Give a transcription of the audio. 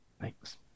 Thanks